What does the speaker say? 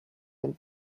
den